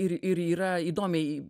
ir ir yra įdomiai